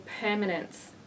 permanence